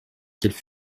qu’elle